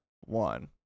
one